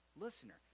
listener